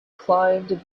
climbed